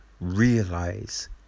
realize